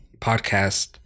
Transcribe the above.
podcast